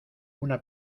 una